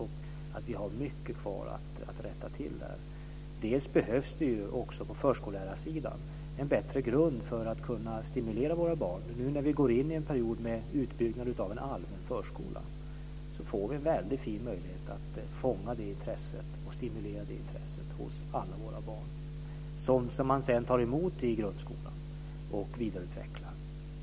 Jag tror att vi har mycket kvar att rätta till där. Det behövs också på förskollärarsidan en bättre grund för att kunna stimulera våra barn. Nu när vi går in i en period av en utbyggnad av en allmän förskola får vi en väldigt fin möjlighet att fånga och stimulera det intresset hos alla våra barn, som man sedan tar emot i grundskolan och vidareutvecklar.